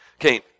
Okay